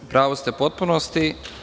U pravu ste u potpunosti.